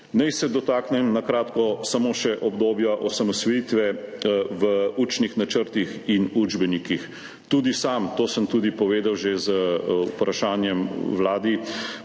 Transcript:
Naj se dotaknem na kratko samo še obdobja osamosvojitve v učnih načrtih in učbenikih. Tudi sam, to sem tudi povedal že z vprašanjem Vladi,